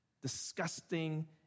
disgusting